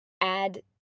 add